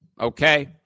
Okay